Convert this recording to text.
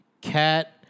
Cat